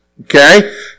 Okay